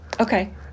Okay